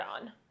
on